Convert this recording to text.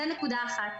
זו נקודה אחת.